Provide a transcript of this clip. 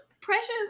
precious